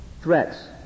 threats